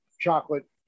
chocolate